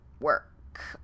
work